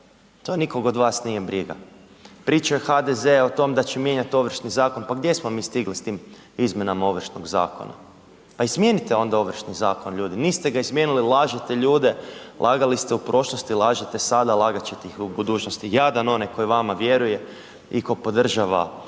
To nikog od vas nije briga. Pričao je HDZ o tome da će mijenjati Ovršni zakon pa gdje smo mi stigli s tim izmjenama Ovršnog zakona, pa izmijenite onda Ovršni zakon. Niste ga izmijenili, lažete ljude, lagali ste u prošlosti, lažete sada, lagat ćete i u budućnosti, jadan onaj koji vama vjeruje i tko podržava vašu